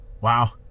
Wow